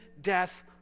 death